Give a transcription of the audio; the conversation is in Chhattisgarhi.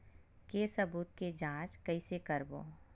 के सबूत के जांच कइसे करबो?